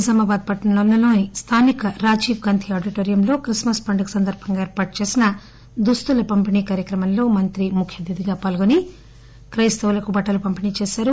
నిజామాబాద్ పట్టణంలోని స్థానిక రాజీవ్ గాంధీ ఆడిటోరియంలో క్రిస్మస్ పండుగ సందర్బంగా ఏర్పాటు చేసిన దుస్తుల పంపిణీ కార్యక్రమంలో మంత్రి ముఖ్య అతిధిగా పాల్గొని క్లెస్తవులకు బట్టలను పంపిణీ చేశారు